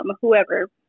whoever